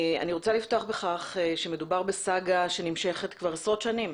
אני רוצה לפתוח בכך שמדובר בסאגה שנמשכת כבר עשרות שנים,